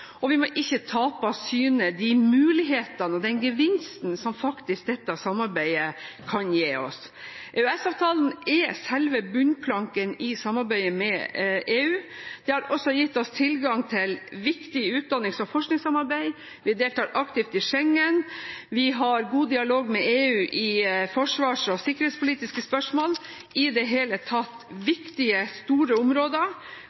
og vi må ikke tape av syne de mulighetene og den gevinsten som dette samarbeidet faktisk kan gi oss. EØS-avtalen er selve bunnplanken i samarbeidet med EU. Det har også gitt oss tilgang til viktig utdannings- og forskningssamarbeid, vi deltar aktivt i Schengen, vi har god dialog med EU i forsvars- og sikkerhetspolitiske spørsmål – i det hele tatt